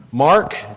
Mark